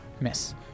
Miss